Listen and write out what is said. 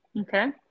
Okay